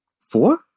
Four